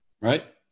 right